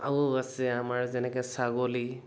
আৰু আছে আমাৰ যেনেকে ছাগলী